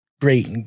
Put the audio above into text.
great